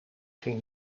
ging